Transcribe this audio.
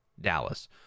Dallas